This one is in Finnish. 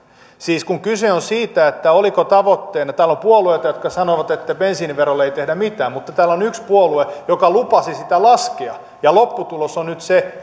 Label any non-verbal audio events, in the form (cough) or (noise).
siis kun kyse on siitä oliko tavoitteena täällä on puolueita jotka sanoivat että bensiiniverolle ei tehdä mitään mutta täällä on yksi puolue joka lupasi sitä laskea ja lopputulos on nyt se (unintelligible)